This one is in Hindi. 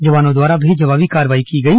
जवानों द्वारा भी जवाबी कार्रवाई की गई